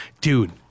Dude